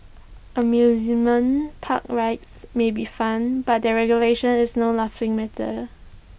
amusement park rides may be fun but their regulation is no laughing matter